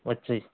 ਅੱਛਾ